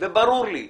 וברור לי,